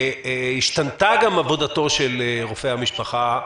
השתנתה עבודתו של רופא משפחה,